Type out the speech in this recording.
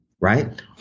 Right